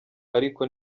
ariko